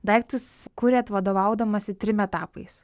daiktus kuriat vadovaudamasi trim etapais